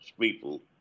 people